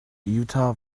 utah